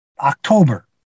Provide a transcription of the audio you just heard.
October